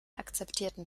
akzeptierten